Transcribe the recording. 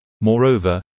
Moreover